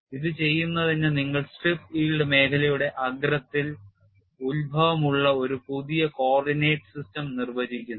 ഇത് ചെയ്യുന്നതിന് നിങ്ങൾ സ്ട്രിപ്പ് yield മേഖലയുടെ അഗ്രത്തിൽ ഉത്ഭവമുള്ള ഒരു പുതിയ കോർഡിനേറ്റ് സിസ്റ്റം നിർവചിക്കുന്നു